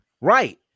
Right